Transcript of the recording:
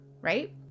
right